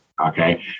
okay